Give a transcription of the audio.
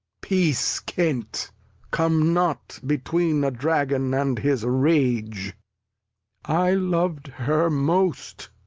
peace, kent come not between a dragon and his rage i lov'd her most,